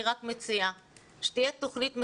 אני מציעה שתהיה תכנית מסודרת.